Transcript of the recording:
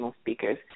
speakers